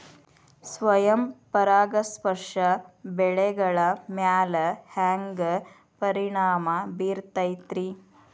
ಸ್ವಯಂ ಪರಾಗಸ್ಪರ್ಶ ಬೆಳೆಗಳ ಮ್ಯಾಲ ಹ್ಯಾಂಗ ಪರಿಣಾಮ ಬಿರ್ತೈತ್ರಿ?